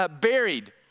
buried